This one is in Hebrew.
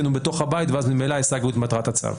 הוא בתוך הבית ואז ממילא השגנו את מטרת הצו.